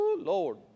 Lord